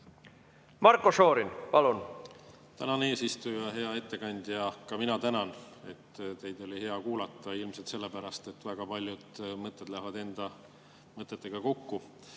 Marko Šorin, palun!